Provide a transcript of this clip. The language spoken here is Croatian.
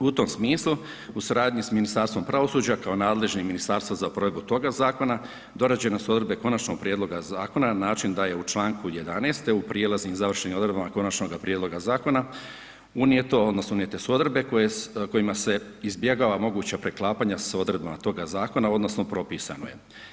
U tom smislu, u suradnji sa Ministarstvom pravosuđa kao nadležnim ministarstvo za provedbu toga zakona, dorađene su odredbe konačnog prijedloga zakona na način da je u članku 11. te u prijelaznim i završnim odredbama konačnoga prijedloga zakona, unijeto odnosno unijete su odredbe kojima se izbjegava moguća preklapanja s odredbama toga zakona odnosno propisano je.